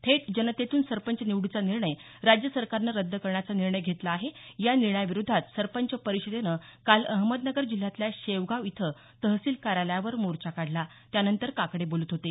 थेट जनतेतून सरपंच निवडीचा निर्णय राज्य सरकारनं रद्द करण्याचा निर्णय घेतला आहे या निर्णयाविरोधात सरपंच परिषदेनं काल अहमदनगर जिल्ह्यातल्या शेवगाव इथं तहसील कार्यालयावर मोर्चा काढला त्यानंतर काकडे बोलत होते